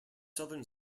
southern